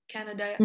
Canada